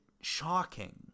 shocking